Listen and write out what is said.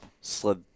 slid